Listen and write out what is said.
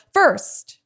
first